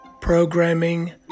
Programming